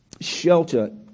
shelter